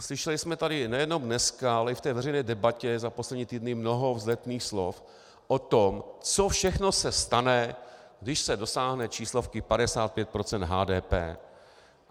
Slyšeli jsme tady nejenom dnes, ale i ve veřejné debatě za poslední týdny mnoho vzletných slov o tom, co všechno se stane, když se dosáhne číslovky 55 % HDP.